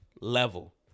level